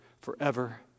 forever